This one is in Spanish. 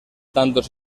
tantos